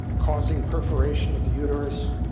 causing perforation of the uterus,